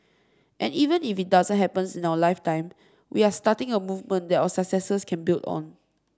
and even if it doesn't happen in our lifetime we are starting a movement that our successors can build on